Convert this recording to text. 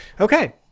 Okay